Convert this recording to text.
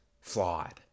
flawed